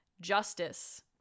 justice